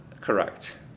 Correct